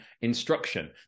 instruction